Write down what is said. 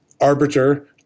arbiter